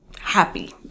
happy